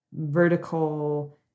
vertical